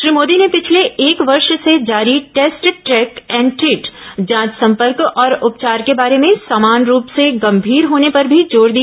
श्री मोदी ने पिछले एक वर्ष से जारी टेस्ट टैक एंड ट्रीट जांच संपर्क और उपचार के बारे में समान रूप से गंभीर होने पर भी जोर दिया